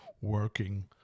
working